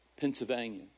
Pennsylvania